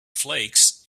flakes